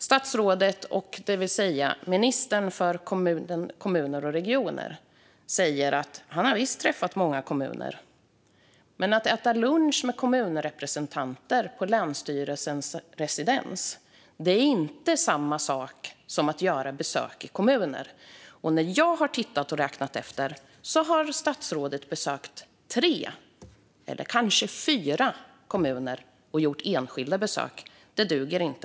Statsrådet, det vill säga ministern för kommuner och regioner, säger att han visst har träffat många kommuner. Men att äta lunch med kommunrepresentanter på länsstyrelsens residens är inte samma sak som att göra besök i kommuner. När jag har tittat och räknat efter har statsrådet besökt tre eller kanske fyra kommuner och gjort enskilda besök. Det duger inte.